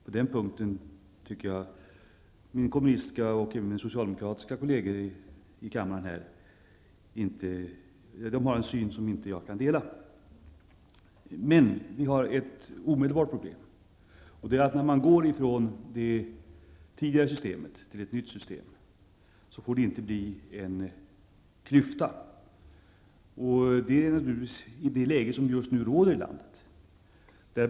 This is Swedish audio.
På den punkten tycker jag att mina kommunistiska och även socialdemokratiska kolleger i kammaren har en syn som jag inte kan dela. Men vi har ett omedelbart problem. När man går ifrån det tidigare systemet till ett nytt system får det inte bli en klyfta. Ett sådant läge råder just nu i landet.